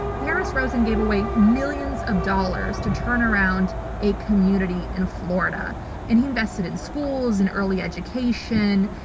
harris rosen gave away millions of dollars to turn around a community in florida and he invested in schools and early education.